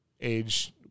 age